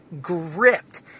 gripped